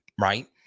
right